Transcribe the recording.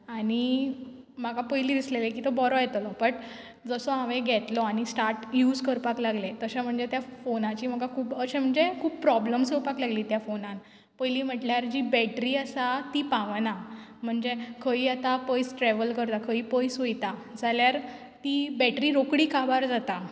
आनी म्हाका पयलीं दिसलेलें की तो बरो येतलो बट जसो हांवें घेतलो आनी स्टार्ट यूज करपाक लागलें तशें म्हणजे त्या फोनाची म्हाका खूब अशें म्हणजे खूब प्रोब्लेम्स येवपाक लागली त्या फोनान पयलीं म्हटल्यार जी बॅटरी आसा ती पावना म्हणजे खंयी आतां पयस ट्रेवल करता खंयी पयस वयता जाल्यार ती बॅटरी रोखडी काबार जाता